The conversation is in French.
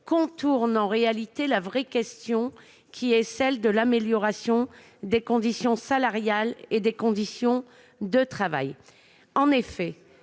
contourne, en réalité, la vraie question, qui est celle de l'amélioration des conditions salariales et des conditions de travail. Si une